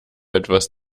etwas